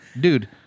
Dude